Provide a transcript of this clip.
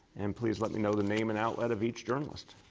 and please let me know the name and outlet of each journalist.